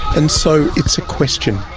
and so it's a question,